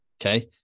okay